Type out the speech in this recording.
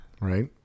right